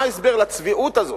מה ההסבר לצביעות הזאת?